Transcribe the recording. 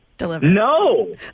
No